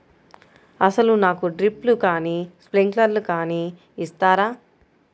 అసలు నాకు డ్రిప్లు కానీ స్ప్రింక్లర్ కానీ ఇస్తారా?